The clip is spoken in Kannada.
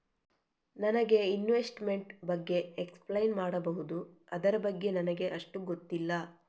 ನನಗೆ ಇನ್ವೆಸ್ಟ್ಮೆಂಟ್ ಬಗ್ಗೆ ಎಕ್ಸ್ಪ್ಲೈನ್ ಮಾಡಬಹುದು, ಅದರ ಬಗ್ಗೆ ನನಗೆ ಅಷ್ಟು ಗೊತ್ತಿಲ್ಲ?